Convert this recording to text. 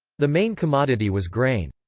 the main commodity was grain.